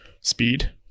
speed